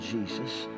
Jesus